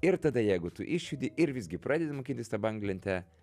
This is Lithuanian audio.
ir tada jeigu tu išjungi ir visgi pradedi mokintis tą banglentę